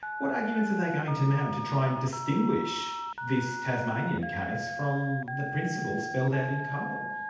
what arguments are they going to mount to try and distinguish this tasmanian case from the principles spelled out in cole?